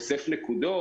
אוסף נקודות.